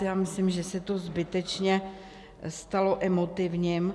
Já myslím, že se to zbytečně stalo emotivním.